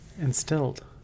instilled